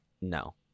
no